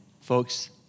folks